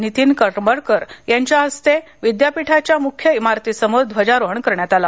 नितीन करमळकर यांच्या हस्ते विद्यापीठाच्या मुख्य इमारतीसमोर ध्वजारोहण करण्यात आले